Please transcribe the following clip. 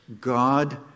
God